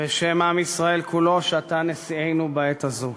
בשם עם ישראל כולו, שאתה נשיאנו בעת הזאת.